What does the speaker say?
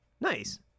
Nice